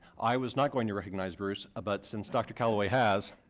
i was not going to recognize bruce, ah but since dr. calaway has,